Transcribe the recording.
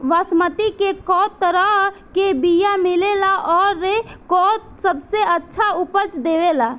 बासमती के कै तरह के बीया मिलेला आउर कौन सबसे अच्छा उपज देवेला?